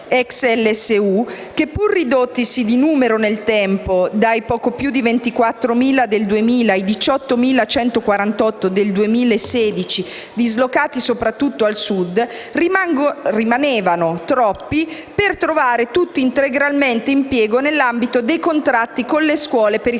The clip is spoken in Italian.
ex LSU, che pur ridottisi di numero nel tempo - dai poco più di 24.000 del 2000 ai 18.148 del 2016, dislocati soprattutto al Sud - rimanevano troppi per trovare tutti integralmente impiego nell'ambito dei contratti con le scuole per i servizi